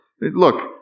look